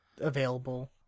available